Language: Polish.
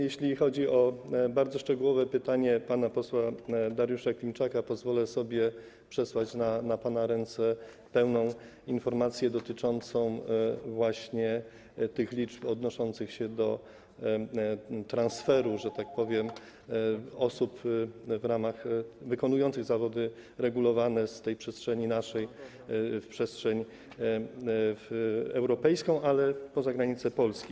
Jeśli chodzi o bardzo szczegółowe pytanie pana posła Dariusza Klimczaka, to pozwolę sobie przesłać na pana ręce pełną informację dotyczącą właśnie tych liczb odnoszących się do transferu, że tak powiem, osób wykonujących zawody regulowane z naszej przestrzeni w przestrzeń europejską, ale poza granice Polski.